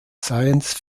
science